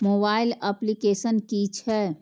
Mobile application कि छै?